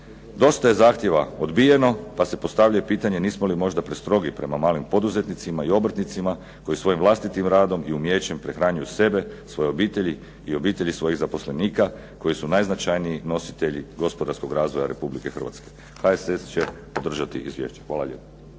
Dosta je zahtjeva odbijeno pa se postavlja i pitanje nismo li možda prestrogi prema malim poduzetnicima i obrtnicima koji svojim vlastitim radom i umijećem prehranjuju sebe, svoje obitelji i obitelji svojih zaposlenika koji su najznačajniji nositelji gospodarskog razvoja Republike Hrvatske. HSS će podržati izvješće. Hvala lijepo.